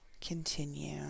continue